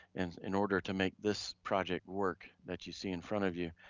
and in order to make this project work, that you see in front of you,